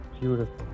Beautiful